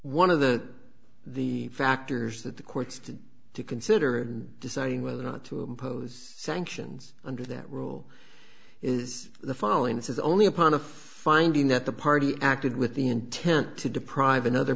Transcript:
one of the the factors that the courts did to consider and deciding whether or not to impose sanctions under that rule is the following this is only upon a finding that the party acted with the intent to deprive another